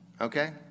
Okay